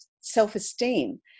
self-esteem